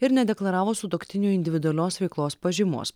ir nedeklaravo sutuoktinio individualios veiklos pažymos